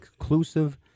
inclusive